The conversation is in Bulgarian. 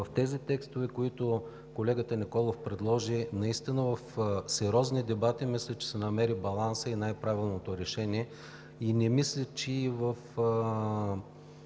в тези текстове, които колегата Николов предложи наистина в сериозни дебати, мисля, че се намери балансът и най-правилното решение. Не мисля, че в